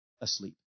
asleep